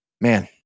man